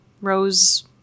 rose